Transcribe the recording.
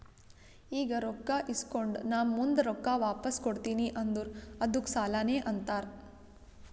ಈಗ ರೊಕ್ಕಾ ಇಸ್ಕೊಂಡ್ ನಾ ಮುಂದ ರೊಕ್ಕಾ ವಾಪಸ್ ಕೊಡ್ತೀನಿ ಅಂದುರ್ ಅದ್ದುಕ್ ಸಾಲಾನೇ ಅಂತಾರ್